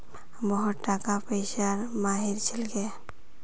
मोहन टाका पैसार माहिर छिके